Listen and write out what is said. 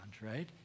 right